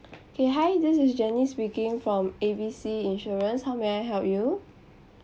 K hi this is janice speaking from A B C insurance how may I help you